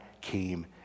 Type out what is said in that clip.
came